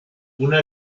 una